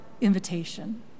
invitation